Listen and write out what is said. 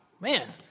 man